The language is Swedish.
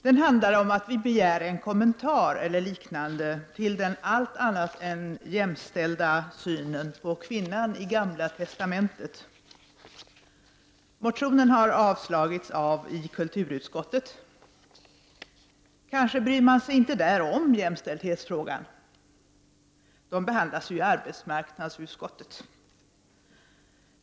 Den handlar om att vi begär en kommentar till den allt annat än jämställda synen på kvinnan i Gamla testamentet. Motionen har avstyrkts av kulturutskottet. Kanske bryr man sig inte där om jämställdhetsfrågor — de behandlas ju i arbetsmarknadsutskottet.